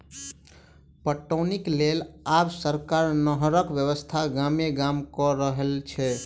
पटौनीक लेल आब सरकार नहरक व्यवस्था गामे गाम क रहल छै